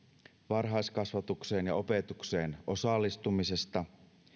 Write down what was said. varhaiskasvatukseen ja opetukseen osallistumisesta